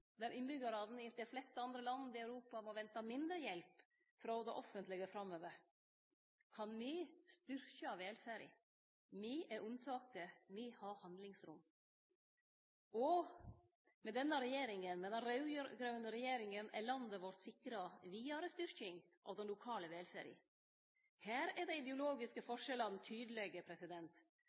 der innbyggjarane i dei fleste andre land i Europa må vente mindre hjelp frå det offentlege framover – som styrkjer velferda. Me er unntaket, me har handlingsrom. Med den raud-grøne regjeringa er landet vårt sikra vidare styrking av den lokale velferda. Her er dei ideologiske forskjellane tydelege,